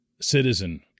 citizen